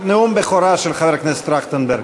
נאום בכורה של חבר הכנסת טרכטנברג.